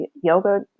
yoga